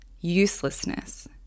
uselessness